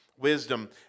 wisdom